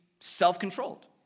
self-controlled